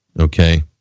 Okay